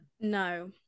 No